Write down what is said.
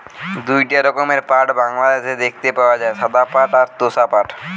দুইটা রকমের পাট বাংলাদেশে দেখতে পাওয়া যায়, সাদা পাট আর তোষা পাট